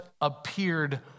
appeared